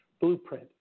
blueprint